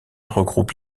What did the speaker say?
regroupe